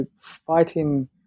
fighting